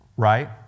Right